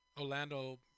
Orlando